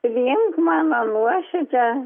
priimk mano nuoširdžią